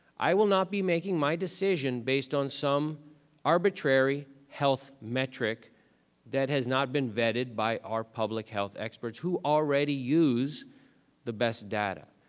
i will not be making my decision based on some arbitrary health metric that has not been vetted by our public health experts, who already use the best data.